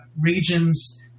regions